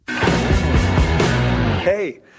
Hey